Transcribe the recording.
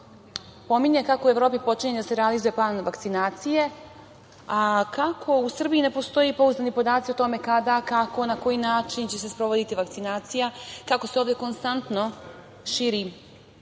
pominje kako u Evropi počinje da se realizuje plan vakcinacije, a kako u Srbiji ne postoje pouzdani podaci o tome kada, kako, na koji način će se sprovoditi vakcinacija, kako se ovde konstantno širi